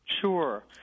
Sure